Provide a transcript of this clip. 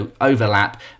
overlap